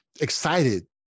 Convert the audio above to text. excited